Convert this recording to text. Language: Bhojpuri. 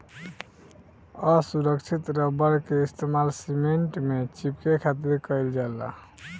असुरक्षित रबड़ के इस्तेमाल सीमेंट में चिपके खातिर कईल जाला